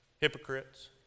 hypocrites